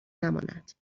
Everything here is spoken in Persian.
نماند